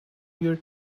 year